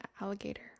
alligator